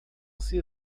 ser